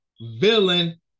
villain